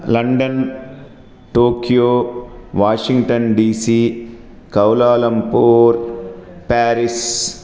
London Tokyo Washington DC Kuala Lumpur Paris